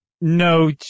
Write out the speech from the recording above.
No